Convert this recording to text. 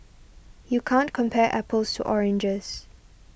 you can't compare apples to oranges